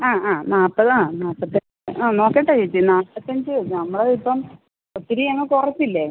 ആ ആ നാല്പതോ നാല്പത്തെട്ടോ ആ നോക്കട്ടെ ചേച്ചി നാല്പത്തഞ്ച് നമ്മൾ ഇപ്പം ഒത്തിരി അങ്ങ് കുറച്ചില്ലേ